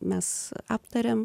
mes aptariam